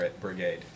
Brigade